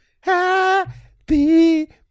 Happy